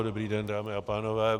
Dobrý den, dámy a pánové.